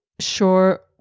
sure